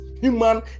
human